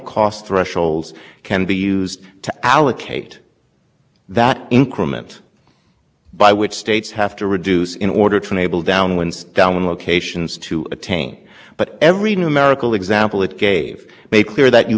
dollars a ton madison would attain so when people refer to ripple effects for free riding there's no free riding texas at one hundred dollars a ton reduces the entirety of its significant contribution madison